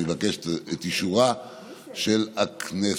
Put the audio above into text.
אבקש את אישורה של הכנסת.